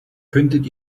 könntet